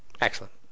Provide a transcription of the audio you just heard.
Excellent